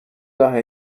daher